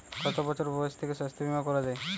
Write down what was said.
কত বছর বয়স থেকে স্বাস্থ্যবীমা করা য়ায়?